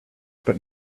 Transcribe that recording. but